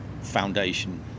foundation